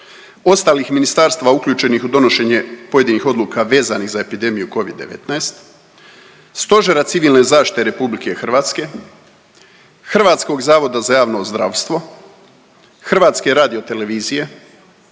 ostalih ministarstava uključenih u donošenje pojedinih odluka vezanih za epidemiju Covid-19, Stožera civilne zaštite RH, Hrvatskog zavoda za javno zdravstvo, Hrvatske radiotelevizije,